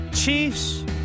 Chiefs